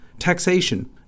taxation